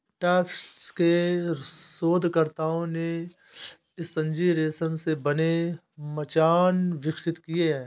Tufts के शोधकर्ताओं ने स्पंजी रेशम से बने मचान विकसित किए हैं